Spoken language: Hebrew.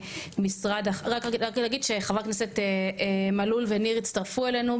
רק להגיד שחברי הכנסת מלול וניר הצטרפו אלינו.